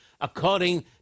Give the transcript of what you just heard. according